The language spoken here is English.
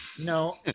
No